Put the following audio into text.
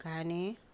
కానీ